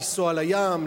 לנסוע לים,